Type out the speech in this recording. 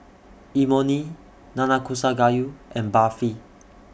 Imoni Nanakusa Gayu and Barfi